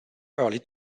early